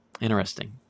Interesting